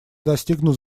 достигнут